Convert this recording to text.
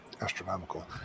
astronomical